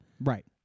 Right